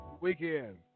Weekend